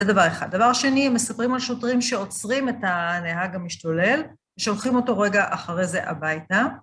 זה דבר אחד. דבר שני, מספרים על שוטרים שעוצרים את הנהג המשתולל שולחים אותו רגע אחרי זה הביתה.